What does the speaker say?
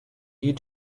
you